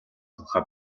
тухай